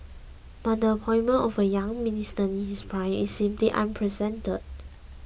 but the appointment of a young Minister in his prime is simply unprecedented